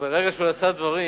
ברגע שהוא נשא דברים,